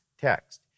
text